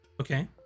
Okay